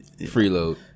Freeload